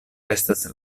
estas